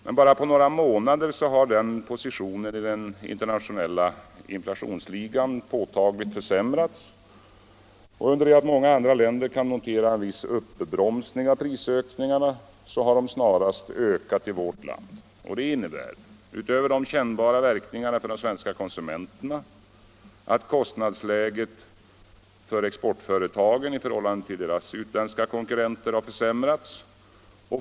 Men på bara några månader har den positionen i den internationella inflationsligan påtagligt försämrats. Under det att många andra länder kunnat notera en viss uppbromsning av prisökningarna har dessa snarare ökat i vårt land. Det innebär — utöver de kännbara verkningarna för de svenska konsumenterna — att exportföretagens kostnadsläge i förhållande till de utländska konkurrenternas har försämrats.